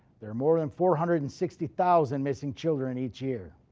there are more than four hundred and sixty thousand missing children each year,